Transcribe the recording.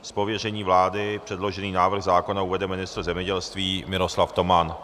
Z pověření vlády předložený návrh zákona uvede ministr zemědělství Miroslav Toman.